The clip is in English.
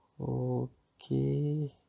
Okay